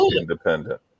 independent